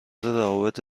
روابط